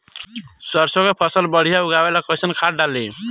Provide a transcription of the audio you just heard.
सरसों के फसल बढ़िया उगावे ला कैसन खाद डाली?